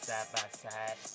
Side-by-side